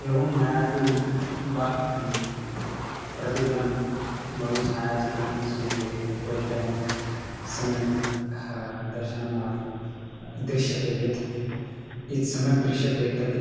एवं मया तु ब प्रतिदिनं बहु छायाचित्रं स्वीक्रियते यत्र यत्र सम्यक् दर्शनं भव दृश्यते यत् यत् सम्यक् दृश्यते तद्